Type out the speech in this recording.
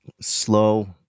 slow